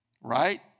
Right